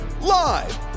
live